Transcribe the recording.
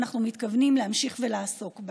ואנחנו מתכוונים להמשיך ולעסוק בהם.